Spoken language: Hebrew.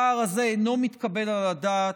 הפער הזה אינו מתקבל על הדעת,